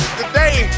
today